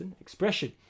expression